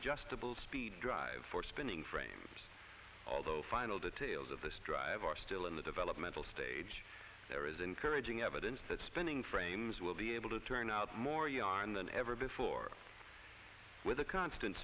adjustable speed drive for spinning frames although final details of this drive are still in the developmental stage there is encourage evidence that spending frames will be able to turn out more yarn than ever before with a constant